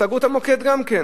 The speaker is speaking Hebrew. סגרו את המוקד גם כן.